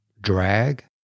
Drag